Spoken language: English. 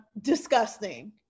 disgusting